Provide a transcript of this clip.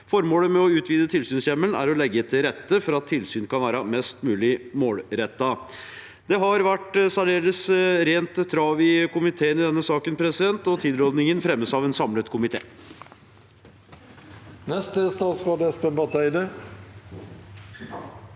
Formålet med å utvide tilsynshjemmelen er å legge til rette for at tilsyn kan være mest mulig målrettet. Det har vært særdeles rent trav i komiteen i denne saken, og tilrådingen fremmes av en samlet komité. Statsråd Espen Barth Eide